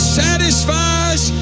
satisfies